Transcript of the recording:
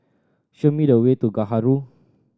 show me the way to Gaharu